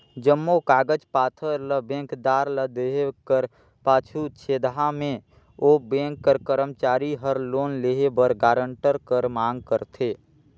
जम्मो कागज पाथर ल बेंकदार ल देहे कर पाछू छेदहा में ओ बेंक कर करमचारी हर लोन लेहे बर गारंटर कर मांग करथे